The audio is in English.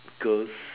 girls